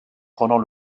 prenant